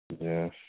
Yes